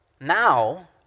Now